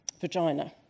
vagina